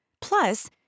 Plus